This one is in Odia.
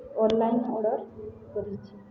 ଅନ୍ଲାଇନ୍ ଅର୍ଡ଼ର କରିଛିି